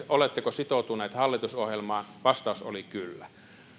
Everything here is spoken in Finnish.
oletteko sitoutuneet hallitusohjelmaan oli kyllä